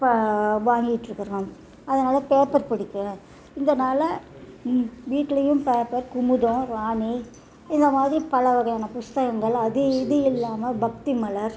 வாங்கிட்டுருக்கிறேன் நான் அதனால் பேப்பர் படிக்கிறேன் இதனால் வீட்லேயும் பேப்பர் குமுதம் ராணி இந்த மாதிரி பல வகையான புத்தகங்கள் அது இது இல்லாமல் பக்தி மலர்